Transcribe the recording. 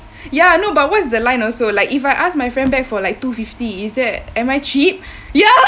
ya no but what's the line also like if I ask my friend back for like two fifty is that am I cheap ya